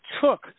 took